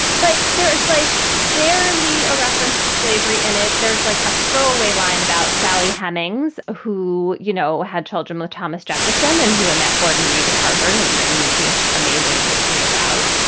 but there's like barely a reference to slavery in it. there's like a throwaway line about sally hemings, who, you know, had children with thomas jefferson and who annette gordon reed at harvard has written this amazing history about.